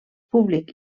públic